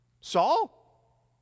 Saul